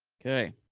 okay.